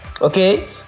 okay